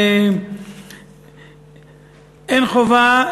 אין חובה